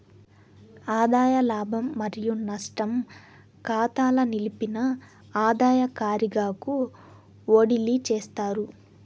ఆదాయ లాభం మరియు నష్టం కాతాల నిలిపిన ఆదాయ కారిగాకు ఓడిలీ చేస్తారు